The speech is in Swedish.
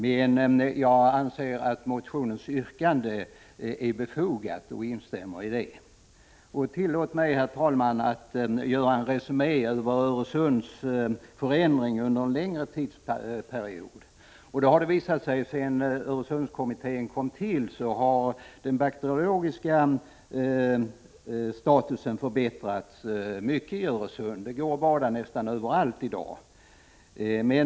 Men jag anser att motionens yrkande är befogat och instämmer i detsamma. Tillåt mig, herr talman, att göra en resumé över Öresunds förändringar under en längre tidsperiod. Sedan Öresundskommittén kom till har den bakteriologiska statusen förbättrats mycket i Öresund. Det går att bada nästan överallt i dag.